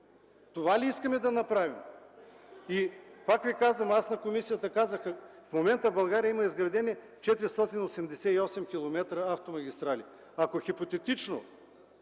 Това ли искаме да направим? Пак Ви казвам: на комисията казах, че в момента в България има изградени 488 км автомагистрали. Ако хипотетично